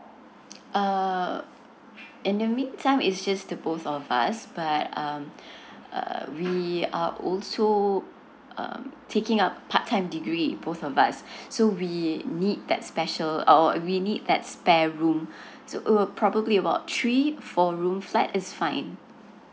uh in the meantime it's just the both of us but um uh we are also um taking a part time degree both of us so we need that special uh we need that spare room so it will probably about three four room flat is fine mm